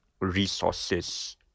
resources